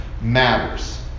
matters